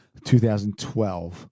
2012